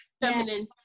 feminine